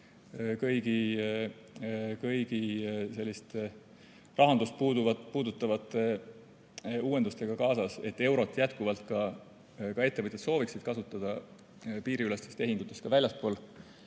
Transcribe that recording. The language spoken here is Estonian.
kõigi selliste rahandust puudutavate uuendustega kaasas, et jätkuvalt ettevõtjad sooviksid eurot kasutada piiriülestes tehingutes ka väljaspool